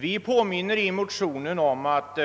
Vi påminner i motionen om att